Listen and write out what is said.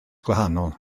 gwahanol